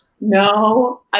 No